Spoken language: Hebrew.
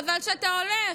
חבל שאתה הולך,